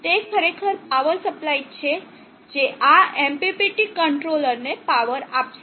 તે ખરેખર power supply છે જે આ MPPT કંટ્રોલર ને પાવર આપશે